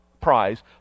prize